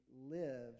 live